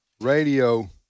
Radio